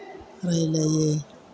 रायलायो